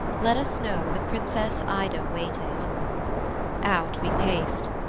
let us know the princess ida waited out we paced,